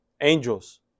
angels